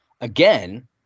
Again